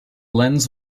lens